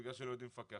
בגלל שלא יודעים לפקח,